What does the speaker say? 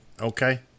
Okay